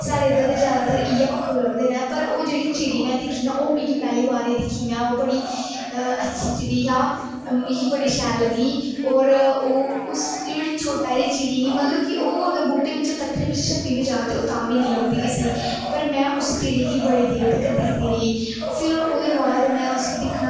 साढ़े इद्धर ते ज्यादा इयै पक्खर लभदे न पर ओह् जेहड़ी चिड़ी में दिक्खी न ओह् मिगी पैहली बार ही दिक्खी में ओह् बड़ी अच्छी चिड़ी ही जां मिगी बड़ी शैल लग्गी और ओह् उसी जेहड़ी छोटी हारी चिड़ी ही मतलब कि ओह् अगर बूहटे बिच पत्तरें बिच छप्पी बी जाए ते ओह् तां बी नेईं लभदी किसे गी पर में उस चिड़ी गी बड़ी देर तक दिक्खदी रेही फिर ओह् ओहदे बाद में उसी दिक्खना